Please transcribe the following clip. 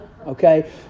Okay